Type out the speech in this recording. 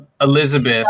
Elizabeth